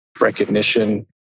recognition